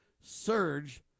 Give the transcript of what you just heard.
surge